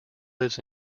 lives